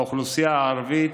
האוכלוסייה הערבית,